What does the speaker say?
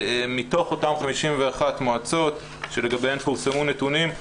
מתוך אותן 51 מועצות שלגביהן פורסמו נתונים,